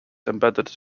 embedded